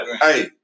hey